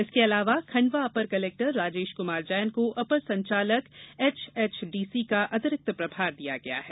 इसके अलावा Khandwa upper collector Rajesh Kumar Jain को अपर संचालक एचएचडीसी का अतिरिक्त प्रभार दिया गया है